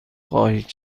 خواهید